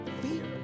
fear